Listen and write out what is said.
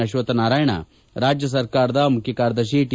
ಅಶ್ವಕ್ಟ ನಾರಾಯಣ ರಾಜ್ಯ ಸರ್ಕಾರದ ಮುಖ್ಯ ಕಾರ್ಯದರ್ಶಿ ಟಿ